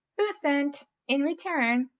who sent, in return,